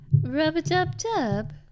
Rub-a-dub-dub